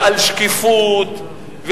ועל שקיפות,